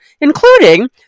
including